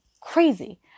Crazy